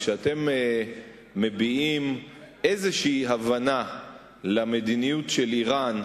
כשאתם מביעים איזו הבנה למדיניות של אירן,